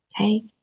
Okay